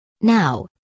Now